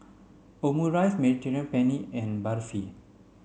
Omurice Mediterranean Penne and Barfi